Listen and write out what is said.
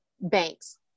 banks